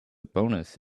bonus